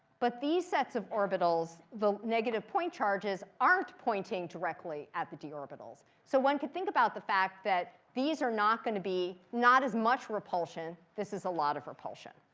but these sets of orbitals, the negative point charges, aren't pointing directly at the d orbitals. so one could think about the fact that these are not going to be not as much repulsion. this is a lot of repulsion.